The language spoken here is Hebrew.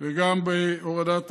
וגם בהורדת העלויות.